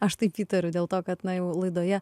aš taip įtariu dėl to kad na jau laidoje